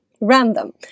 random